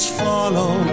follow